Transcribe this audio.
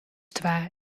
twa